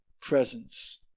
presence